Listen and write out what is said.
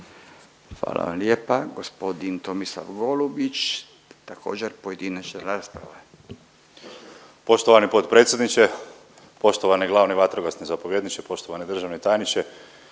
Hvala lijepa. Gospodin Tomislav Golubić također pojedinačna rasprava. **Golubić, Tomislav (SDP)** Poštovani potpredsjedniče, poštovani glavni vatrogasni zapovjedniče, poštovani državni tajniče.